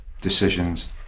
decisions